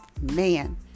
man